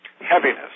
heaviness